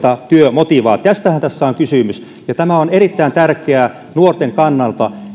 työmotivaation tästähän tässä on kysymys ja tämä on erittäin tärkeää nuorten kannalta